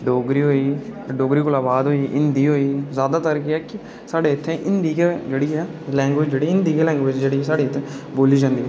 डोगरी होई डोगरी कोला बाद जि'यां हिंदी होई जादैतर केह् ऐ की साढ़े इत्थै हिंदी गै जेह्ड़ी ऐ हिंदी गै लैंग्वेज़ जेह्ड़ी ऐ साढ़े इत्थै बोल्ली जंदी